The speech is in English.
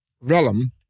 realm